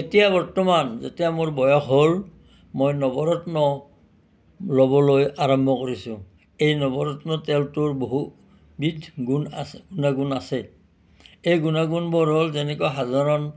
এতিয়া বৰ্তমান যেতিয়া মোৰ বয়স হ'ল মই নৱৰত্ন ল'বলৈ আৰম্ভ কৰিছোঁ এই নৱৰত্ন তেলটোৰ বহুবিধ গুণ আছে গুণাগুণ আছে এই গুণাগুণবোৰ হ'ল যেনেকুৱা সাধাৰণ